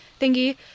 thingy